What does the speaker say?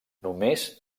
només